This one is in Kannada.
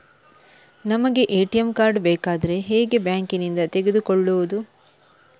ನಮಗೆ ಎ.ಟಿ.ಎಂ ಕಾರ್ಡ್ ಬೇಕಾದ್ರೆ ಹೇಗೆ ಬ್ಯಾಂಕ್ ನಿಂದ ತೆಗೆದುಕೊಳ್ಳುವುದು?